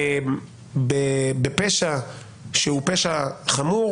בפשע שהוא פשע חמור